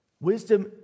Wisdom